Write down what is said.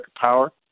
power